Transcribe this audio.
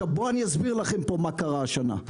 אני אסביר לכם מה קרה השנה.